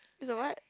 is a what